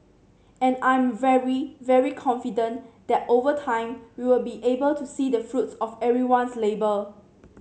and I'm very very confident that over time we will be able to see the fruits of everyone's labour